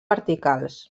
verticals